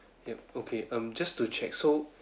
yup okay um just to check so